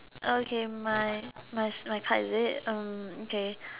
okay my my my card is it okay